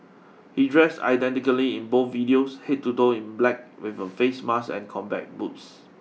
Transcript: he dressed identically in both videos head to toe in black with a face mask and combat boots